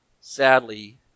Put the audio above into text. Sadly